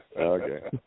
Okay